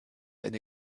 eine